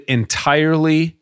entirely